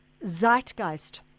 zeitgeist